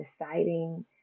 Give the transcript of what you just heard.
deciding